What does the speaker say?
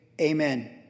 Amen